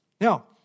Now